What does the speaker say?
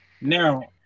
Now